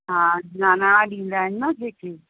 हा नानाणा ॾींदा आहिनि न जेके